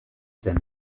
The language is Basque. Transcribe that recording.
zen